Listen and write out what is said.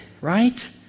right